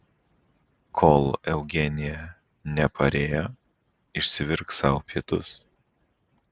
kol eugenija neparėjo išsivirk sau pietus